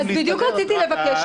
אז בדיוק רציתי לבקש,